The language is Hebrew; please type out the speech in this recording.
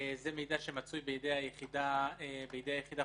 זה מידע שמצוי בידי היחידה החוקרת,